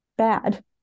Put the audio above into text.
bad